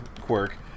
quirk